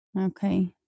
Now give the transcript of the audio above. Okay